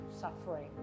suffering